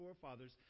forefathers